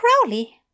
Crowley